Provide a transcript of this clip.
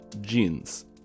Jeans